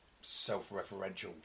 self-referential